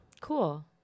Cool